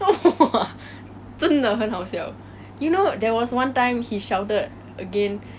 那个整个班笑了起来然后他的脸忍不住也是笑了